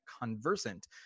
conversant